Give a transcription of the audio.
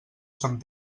sant